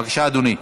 בבקשה, אדוני.